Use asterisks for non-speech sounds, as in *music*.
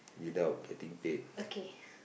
without getting paid *breath*